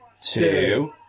two